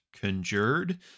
conjured